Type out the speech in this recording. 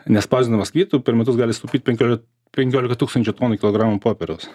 nespausdindamas kvitų per metus gali sutaupyt penkiolika penkiolika tūkstančių tonų kilogramų popieriaus